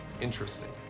Interesting